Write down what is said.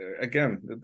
again